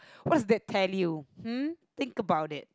what does that tell you hmm think about it